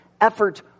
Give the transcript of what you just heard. effort